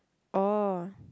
oh